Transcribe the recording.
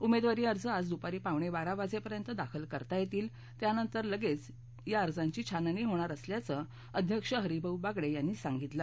उमेदवारी अर्ज आज दुपारी पावणे बारा वाजेपर्यंत दाखल करता येतील त्यानंतर लगेच या अर्जांची छाननी होणार असल्याचं अध्यक्ष हरिभाऊ बागडे यांनी सांगितलं